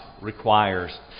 requires